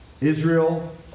Israel